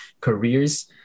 careers